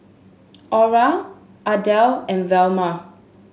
Aura Ardelle and Velma